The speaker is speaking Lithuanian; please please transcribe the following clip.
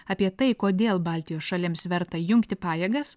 apie tai kodėl baltijos šalims verta jungti pajėgas